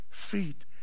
feet